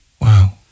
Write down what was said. Wow